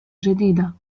جديدة